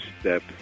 step